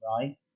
right